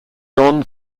don